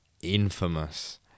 infamous